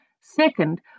Second